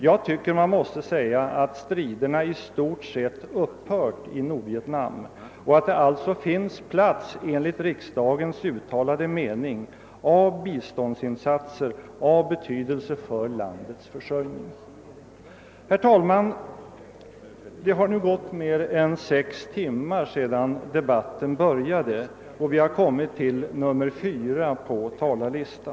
Jag tycker att det måste sägas att striderna nu i stort sett har upphört i Nordvietnam och att det alltså enligt riksdagens uttalade mening finns plats för biståndsinsatser av betydelse för landets försörjning. Herr talman! Det har gått mer än sex timmar sedan dagens debatt började och vi har bara kommit till nr 4 på talarlistan.